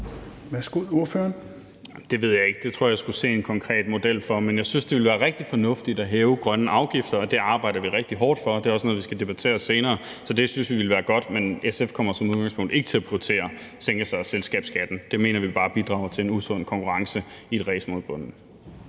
Det ved jeg ikke, det tror jeg jeg ville skulle se en konkret model for. Men jeg synes, det ville være rigtig fornuftigt at hæve de grønne afgifter, og det arbejder vi rigtig hårdt for. Det er også noget, vi skal debattere senere, så det synes vi ville være godt. Men SF kommer som udgangspunkt ikke til at prioritere sænkelser af selskabsskatten, for det mener vi bare bidrager til en usund konkurrence i et ræs mod bunden.